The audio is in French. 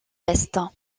est